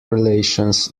relations